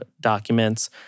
documents